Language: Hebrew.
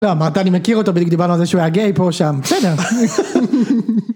לא אמרת אני מכיר אותו בדיוק דיברנו על זה שהוא היה גיי פה שם, בסדר.